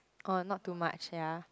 or not too much ya